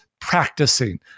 practicing